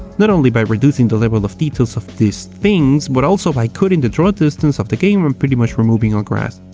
not only by reducing the level of detail so of these things but also by cutting the draw distance of the game and pretty much removing all grass.